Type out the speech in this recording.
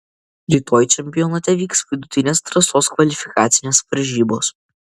rytoj čempionate vyks vidutinės trasos kvalifikacinės varžybos